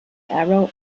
arrow